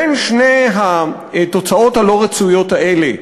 בין שתי התוצאות הלא-רצויות האלה,